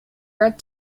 read